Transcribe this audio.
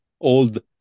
old